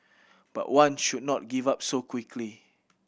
but one should not give up so quickly